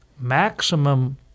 maximum